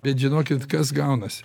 bet žinokit kas gaunasi